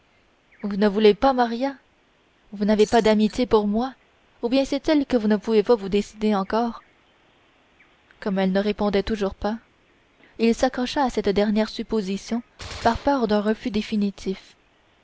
vous ne voulez pas maria vous n'avez pas d'amitié pour moi ou bien c'est-il que vous ne pouvez pas vous décider encore comme elle ne répondait toujours pas il s'accrocha à cette dernière supposition par peur d'un refus définitif